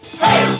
hey